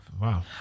Wow